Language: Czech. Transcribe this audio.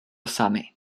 samy